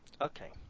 Okay